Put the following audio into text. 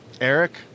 Eric